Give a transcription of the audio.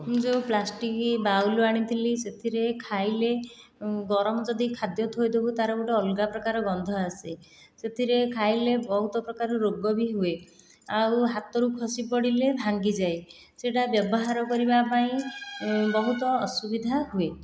ଯେଉଁ plastic bowl ଆଣିଥିଲି ସେଥିରେ ଖାଇଲେ ଗରମ ଯଦି ଖାଦ୍ୟ ଥୋଇଦେବୁ ତା'ର ଗୋଟିଏ ଅଲଗା ପ୍ରକାର ଗନ୍ଧ ଆସେ ସେଥିରେ ଖାଇଲେ ବହୁତ ପ୍ରକାର ରୋଗ ବି ହୁଏ ଆଉ ହାତରୁ ଖସିପଡ଼ିଲେ ଭାଙ୍ଗିଯାଏ ସେହିଟା ବ୍ୟବହାର କରିବାପାଇଁ ବହୁତ ଅସୁବିଧା ହୁଏ